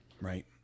Right